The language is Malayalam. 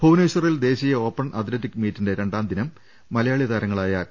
ഭുവനേശ്വറിൽ ദേശീയ ഓപ്പൺ അത്ലറ്റിക് മീറ്റിന്റെ രണ്ടാം ദിനം മലയാളി താരങ്ങളായ പി